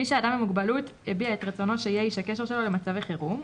מי שאדם עם מוגבלות הביע את רצונו שיהיה איש הקשר שלו למצבי חירום,